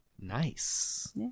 Nice